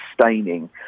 sustaining